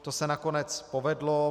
To se nakonec povedlo.